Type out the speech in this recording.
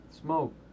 Smoke